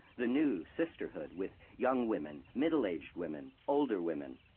the new sisterhood with young women, middle-aged women, older women.